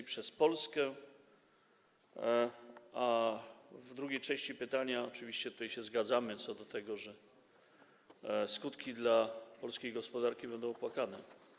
W odniesieniu do drugiej części pytania oczywiście tutaj się zgadzamy co do tego, że skutki dla polskiej gospodarki będą opłakane.